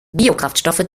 biokraftstoffe